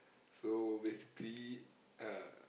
so basically uh